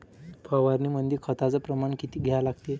फवारनीमंदी खताचं प्रमान किती घ्या लागते?